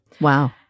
Wow